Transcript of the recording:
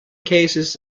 cases